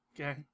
Okay